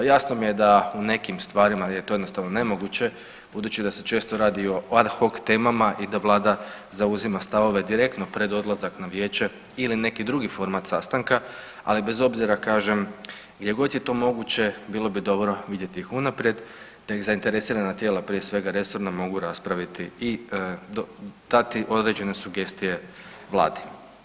Jasno mi je da u nekim stvarima je to jednostavno nemoguće budući da se često radi o ad hoc temama i da vlada zauzima stavove direktno pred odlazak na vijeće ili neki drugi format sastanka, ali bez obzira kažem gdje god je to moguće bilo bi dobro vidjeti ih unaprijed da ih zainteresirana tijela prije svega resorna mogu raspraviti i dati određene sugestije vladi.